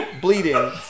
bleeding